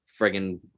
friggin